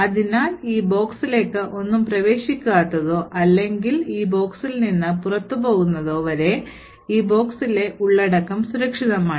അതിനാൽ ഈ ബോക്സിലേക്ക് ഒന്നും പ്രവേശിക്കാത്തതോ അല്ലെങ്കിൽൽ ഒന്നും ഈ ബോക്സിൽ നിന്ന് പുറത്തുപോകുന്നതോ വരെ ഈ ബോക്സിലെ ഉള്ളടക്കം സുരക്ഷിതമാണ്